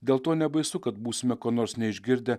dėl to nebaisu kad būsime kuo nors neišgirdę